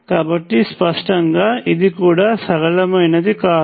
కాబట్టి స్పష్టంగా ఇది కూడా సరళమైనది కాదు